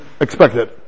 expected